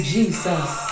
Jesus